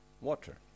water